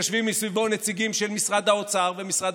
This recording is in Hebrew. ויושבים סביבו נציגים של משרד האוצר ומשרד